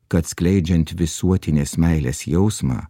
kad skleidžiant visuotinės meilės jausmą